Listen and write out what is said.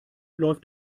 läuft